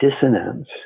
dissonance